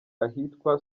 ahitwa